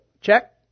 Check